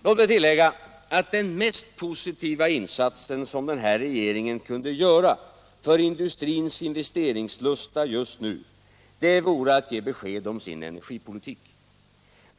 Låt mig tillägga att den mest positiva insats som den här regeringen kunde göra för industrins investeringslusta just nu vore att ge besked om sin energipolitik.